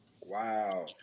Wow